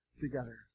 together